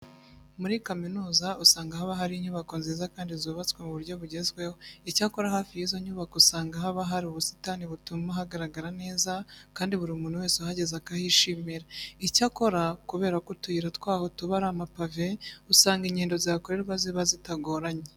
Muri kaminuza usanga haba hari inyubako nziza kandi zubatswe mu buryo bugezweho. Icyakora hafi y'izo nyubako usanga haba hari ubusitani butuma hagaragara neza kandi buri muntu wese uhageze akahishimira. Icyakora kubera ko utuyira twaho tuba ari amapave, usanga ingendo zihakorerwa ziba zitagoranye.